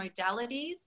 modalities